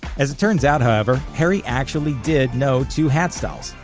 as it turned out, however, harry actually did know two hatstalls,